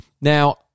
Now